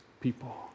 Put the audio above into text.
people